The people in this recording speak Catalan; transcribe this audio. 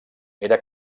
era